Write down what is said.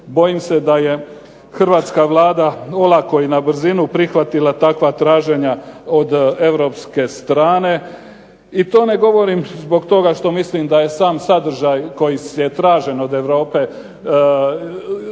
Bojim se da je hrvatska Vlada olako i na brzinu prihvatila takva traženja od europske strane i to ne govorim zbog toga što mislim da je sam sadržaj koji je tražen od Europe i